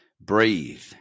breathe